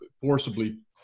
forcibly